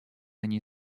они